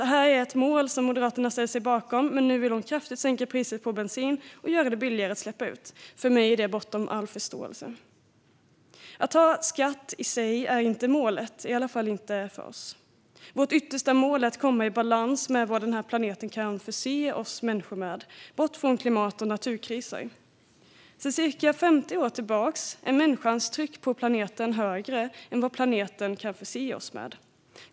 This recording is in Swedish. Det här är ett mål som Moderaterna ställt sig bakom, men nu vill de kraftigt sänka priset på bensin och göra det billigare att släppa ut. För mig är det bortom all förståelse. Att ha en skatt är i sig inte målet, i alla fall inte för oss. Vårt yttersta mål är att komma i balans med vad den här planeten kan förse oss människor med, bort från klimat och naturkriser. Sedan ca 50 år tillbaka är människans tryck på planeten högre än vad planeten klarar av.